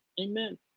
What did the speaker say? Amen